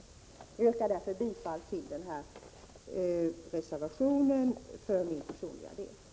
För min personliga del yrkar jag därför bifall till reservation 5 i utskottets betänkande 21.